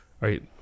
right